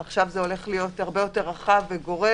ועכשיו זה הולך להיות הרבה יותר רחב וגורף,